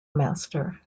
master